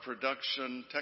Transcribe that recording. production